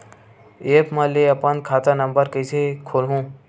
App म ले अपन खाता नम्बर कइसे खोलहु?